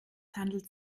handelt